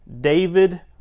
David